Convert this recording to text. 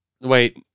Wait